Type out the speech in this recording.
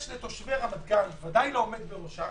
יש לתושבי רמת גן, ודאי לעומד בראשה